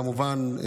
כמובן,